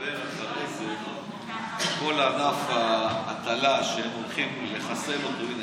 שתדבר אחרי זה על כל ענף ההטלה שהם הולכים לחסל אותו.